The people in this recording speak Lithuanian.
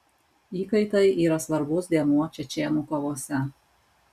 įkaitai yra svarbus dėmuo čečėnų kovose